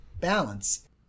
balance